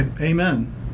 Amen